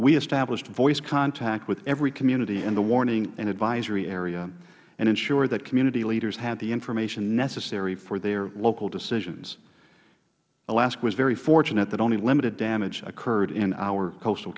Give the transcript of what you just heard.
we established voice contact with every community in the warning and advisory area and ensured that community leaders had the information necessary for their local decisions alaska was very fortunate that only limited damage occurred in our coastal